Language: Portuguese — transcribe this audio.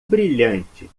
brilhante